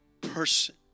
person